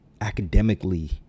academically